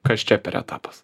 kas čia per etapas